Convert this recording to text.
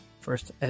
first